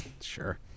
Sure